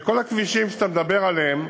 כל הכבישים שאתה מדבר עליהם,